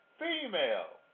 female